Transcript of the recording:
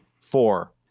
four